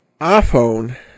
iPhone